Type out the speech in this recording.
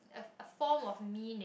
a form of meaning